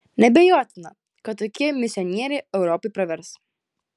neabejotina kad tokie misionieriai europai pravers